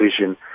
vision